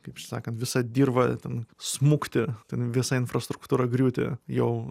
kaip sakant visa dirva ten smukti ten visa infrastruktūra griūti jau